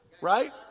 right